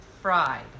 fried